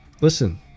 listen